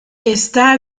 está